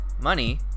Money